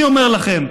אני אומר לכם,